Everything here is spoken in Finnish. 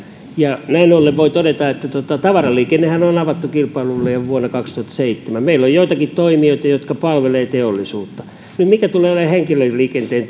ja näin ollen voi todeta että tavaraliikennehän on avattu kilpailulle jo vuonna kaksituhattaseitsemän meillä on joitakin toimijoita jotka palvelevat teollisuutta mutta mikä tulee olemaan henkilöliikenteen